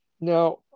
Now